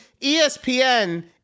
ESPN